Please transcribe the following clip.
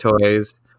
Toys